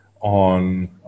on